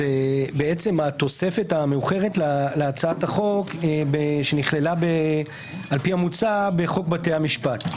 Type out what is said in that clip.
זאת בצעם התוספת המאוחרת להצעת החוק שנכללה על פי המוצע בחוק בתי המשפט.